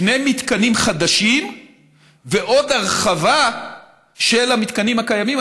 שני מתקנים חדשים ועוד הרחבה של המתקנים הקיימים.